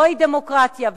זוהי דמוקרטיה,